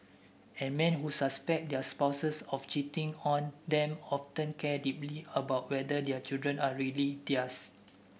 and men who suspect their spouses of cheating on them often care deeply about whether their children are really theirs